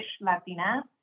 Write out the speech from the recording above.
Latina